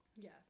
yes